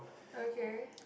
okay